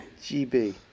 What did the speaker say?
gb